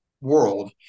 world –